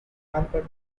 albert